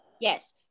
Yes